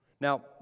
Now